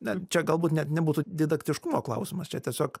na čia galbūt ne nebūtų didaktiškumo klausimas čia tiesiog